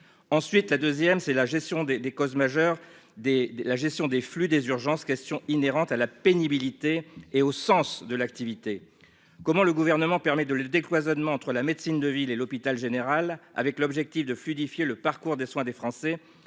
ensuite, la deuxième, c'est la gestion des des causes majeures des de la gestion des flux des urgences questions inhérentes à la pénibilité et au sens de l'activité, comment le gouvernement permet de le décloisonnement entre la médecine de ville et l'hôpital général avec l'objectif de fluidifier le parcours de soins des Français